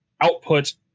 output